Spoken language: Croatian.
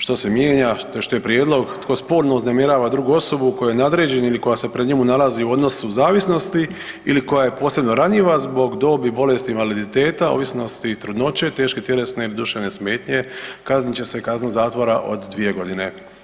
što se mijenja, što je prijedlog, tko spolno uznemirava drugu osobu kojoj je nadređen ili koja se pred njemu nalazi u odnosu zavisnosti ili koja je posebno ranjiva zbog dobi, bolesti, invaliditeta, ovisnosti i trudnoće, teške tjelesne i duševne smetnje kaznit će i kazna zatvora od 2 godine.